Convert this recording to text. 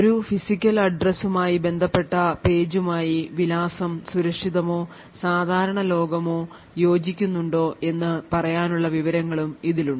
ഒരു physical address ഉം ആയി ബന്ധപ്പെട്ട പേജുമായി വിലാസം സുരക്ഷിതമോ സാധാരണ ലോകമോ യോജിക്കുന്നുണ്ടോ എന്ന് പറയാനുള്ള വിവരങ്ങളും ഇതിലുണ്ട്